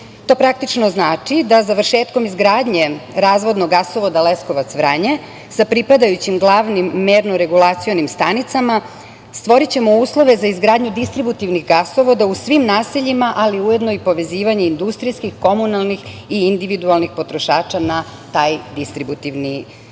To praktično znači da završetkom izgradnje razvodnog gasovoda Leskovac-Vranje, sa pripadajućim glavnim merno-regulacionim stanicama, stvorićemo uslove za izgradnju distributivnih gasovoda u svim naseljima, ali ujedno i povezivanje industrijskih, komunalnih i individualnih potrošača na taj distributivni